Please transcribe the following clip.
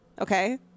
okay